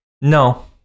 no